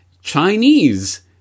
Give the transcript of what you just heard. Chinese